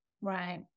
Right